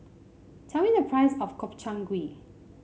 tell me the price of Gobchang Gui